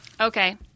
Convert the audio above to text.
Okay